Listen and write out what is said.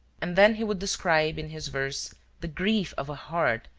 and then he would describe in his verse the grief of a heart,